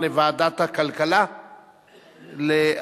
לוועדת הכלכלה נתקבלה.